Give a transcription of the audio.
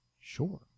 sure